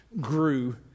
grew